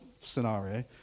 scenario